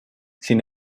sin